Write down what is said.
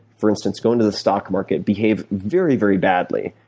for instance, go into the stock market, behave very, very badly,